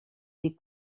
des